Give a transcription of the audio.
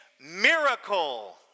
miracle